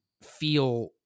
feel